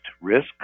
risk